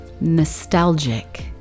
nostalgic